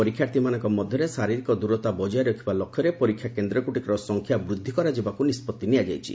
ପରୀକ୍ଷାର୍ଥୀମାନଙ୍କ ମଧ୍ୟରେ ଶାରୀରିକ ଦୂରତା ବକାୟ ରଖିବା ଲକ୍ଷ୍ୟରେ ପରୀକ୍ଷା କେନ୍ଦ୍ରଗୁଡ଼ିକର ସଂଖ୍ୟା ବୃଦ୍ଧି କରାଯିବାକୁ ନିଷ୍ପଭି ନିଆଯାଇଛି